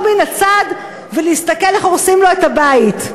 מן הצד ולהסתכל איך הורסים לו את הבית.